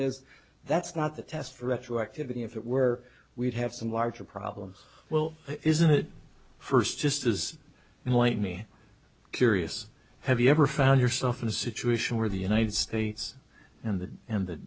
is that's not the test for retroactivity if it were we'd have some larger problems well isn't it first just as and let me curious have you ever found yourself in a situation where the united states and the and the